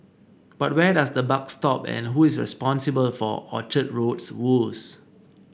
but where does the buck stop and who is responsible for Orchard Road's woes